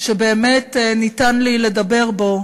שבאמת ניתן לי לדבר בו,